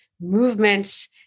movement